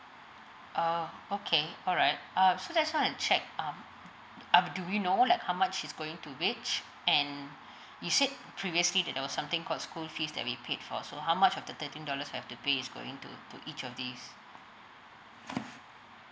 uh okay alright uh so that's why I want to check um uh do you know like how much is going to range and you said previously there was something called school fees that we paid for so how much of the thirteen dollars I have to pay is going to to each of these